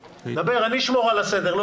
דבר, אני אשמור על הסדר, לא